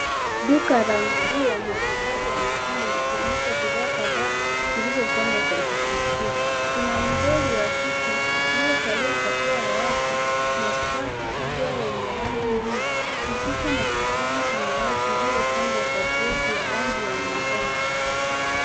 Duka la nguo na vifaa za mtindo likionyesha bidhaa kadhaa zilizopangwa kwa kuvutia. Kuna doli wa kike uliovalia kofia ya wavu na skafu kubwa yenye rangi mbili, kijivu na kijani samawati iliyopangwa kwa floors ya rangi ya manjano.